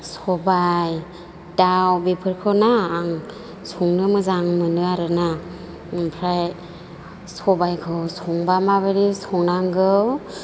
सबाय दाउ बेफोरखौ ना आं संनो मोजां मोनो आरोना ओमफ्राय सबायखौ संबा माबादि संनांगौ